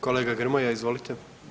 Kolega Grmoja, izvolite.